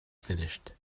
finished